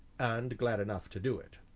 and glad enough to do it.